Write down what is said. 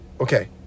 okay